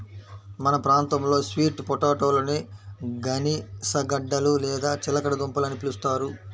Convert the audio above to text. మన ప్రాంతంలో స్వీట్ పొటాటోలని గనిసగడ్డలు లేదా చిలకడ దుంపలు అని పిలుస్తారు